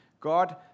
God